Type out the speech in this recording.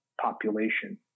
population